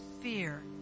fear